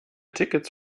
tickets